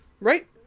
right